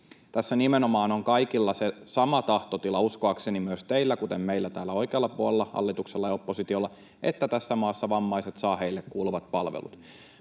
Tässä nimenomaan on kaikilla se sama tahtotila — uskoakseni myös teillä, kuten meillä täällä oikealla puolella, hallituksella ja oppositiolla — että tässä maassa vammaiset saavat heille kuuluvat palvelut.